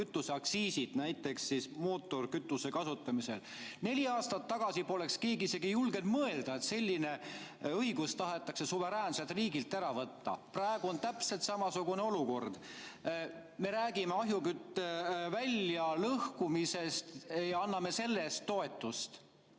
kütuste aktsiisid, näiteks [võib tuua] mootorikütusena kasutamise. Neli aastat tagasi poleks keegi isegi ei julgenud mõelda, et selline õigus tahetakse suveräänselt riigilt ära võtta. Praegu on täpselt samasugune olukord. Me räägime ahjukütte väljalõhkumisest ja anname selle eest toetust.